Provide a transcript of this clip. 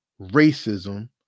racism